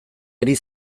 ari